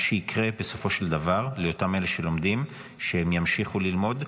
מה שיקרה בסופו של דבר לאותם אלה שלומדים הוא שהם ימשיכו ללמוד.